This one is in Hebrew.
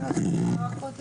התייחסויות.